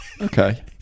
okay